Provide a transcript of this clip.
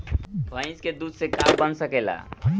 भइस के दूध से का का बन सकेला?